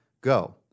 Go